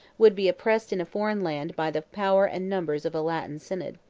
would be oppressed in a foreign land by the power and numbers of a latin synod.